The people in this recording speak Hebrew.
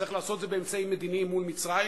צריך לעשות את זה באמצעים מדיניים מול מצרים,